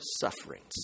sufferings